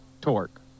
torque